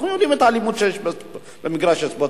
אנחנו יודעים את האלימות שיש במגרשי ספורט.